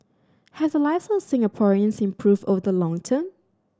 have the lives of Singaporeans improved over the long term